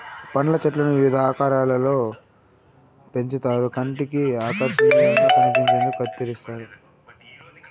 పండ్ల చెట్లను వివిధ ఆకారాలలో పెంచుతారు కంటికి ఆకర్శనీయంగా కనిపించేందుకు కత్తిరిస్తారు